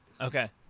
okay